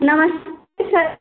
नमस्ते सर